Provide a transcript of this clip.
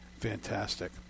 Fantastic